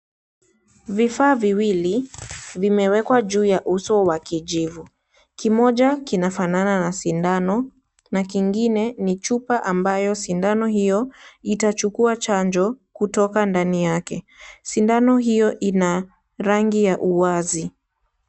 Vifaa viwili vimewekwa juu ya uso wa kijivu, kimoja kinafanana na sindano na kingine ni chupa ambayo sindano hio itachukua chanjo kutoka ndani yake, sindano hio ina rangi ya uwazi.